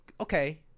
okay